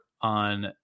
on